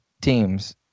teams